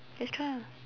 just try ah